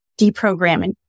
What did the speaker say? deprogramming